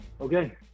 Okay